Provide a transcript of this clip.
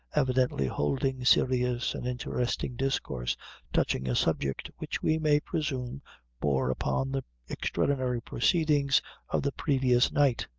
evidently holding serious and interesting discourse touching a subject which we may presume bore upon the extraordinary proceedings of the previous night.